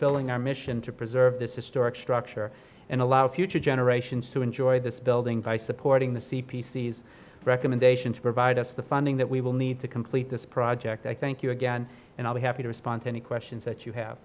fulfilling our mission to preserve this historic structure and allow future generations to enjoy this building by supporting the c p c's recommendations to provide us the funding that we will need to complete this project i thank you again and i'll be happy to respond to any questions that you have